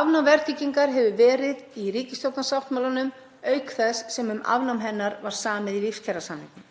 Afnám verðtryggingar hefur verið í ríkisstjórnarsáttmálanum auk þess sem um afnám hennar var samið í lífskjarasamningum.